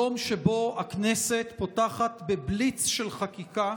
יום שבו הכנסת פותחת בבליץ של חקיקה,